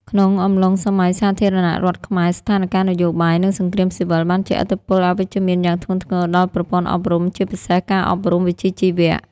ក្នុងអំឡុងសម័យសាធារណរដ្ឋខ្មែរ ស្ថានការណ៍នយោបាយ និងសង្គ្រាមស៊ីវិលបានជះឥទ្ធិពលអវិជ្ជមានយ៉ាងធ្ងន់ធ្ងរដល់ប្រព័ន្ធអប់រំ ជាពិសេសការអប់រំវិជ្ជាជីវៈ។